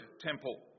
temple